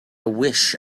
wish